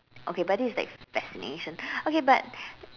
okay but this is like fascination okay but